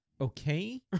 okay